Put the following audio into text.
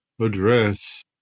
address